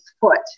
foot